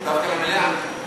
דווקא למליאה?